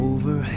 Over